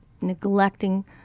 neglecting